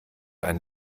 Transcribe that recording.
ein